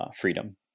freedom